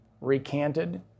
recanted